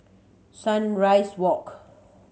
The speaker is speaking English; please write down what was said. Sunrise Walk